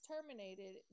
terminated